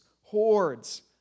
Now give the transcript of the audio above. hordes